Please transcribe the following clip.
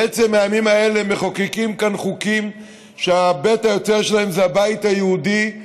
בעצם הימים האלה מחוקקים כאן חוקים שבית היוצר שלהם זה הבית היהודי,